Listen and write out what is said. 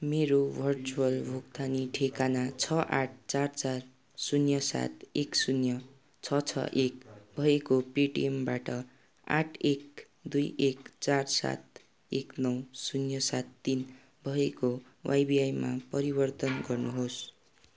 मेरो भर्चुअल भुक्तानी ठेगाना छ आँठ चार चार शून्य सात एक शून्य छ छ एक भएको पेटिएमबाट आँठ एक दुई एक चार सात एक नौ शून्य सात तिन भएको वाइबिआईमा परिवर्तन गर्नुहोस्